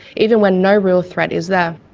even when no real threat is there.